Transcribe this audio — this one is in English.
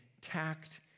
tact